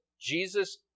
Jesus